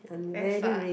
very far